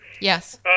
Yes